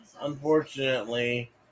Unfortunately